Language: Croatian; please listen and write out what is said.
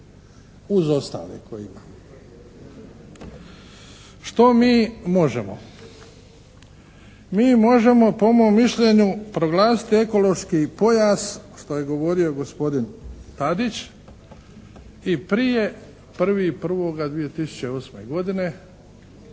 uz ostale koje ima. Što mi možemo? Mi možemo po mom mišljenju proglasiti ekološki pojas što je govorio gospodin Tadić i prije 1.1.2008. godine,